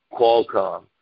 Qualcomm